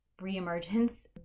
reemergence